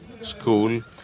school